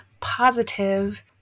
positive